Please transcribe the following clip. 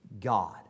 God